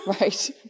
right